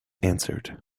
answered